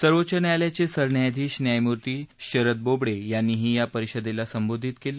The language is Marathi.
सर्वोच्च न्यायालयाचे सरन्यायाधीश न्यायमूर्ती शदर बोबडे यांनीही या परिषदेला संबोधित केलं